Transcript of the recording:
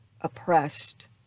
oppressed